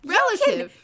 Relative